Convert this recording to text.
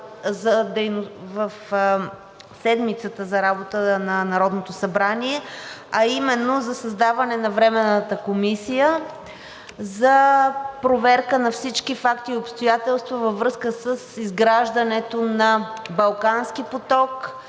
програма за работата на Народното събрание, а именно за създаване на Временна комисия за проверка на всички факти и обстоятелства във връзка с изграждането на Балкански поток,